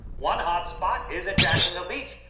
one hot spot is at jacksonville beach,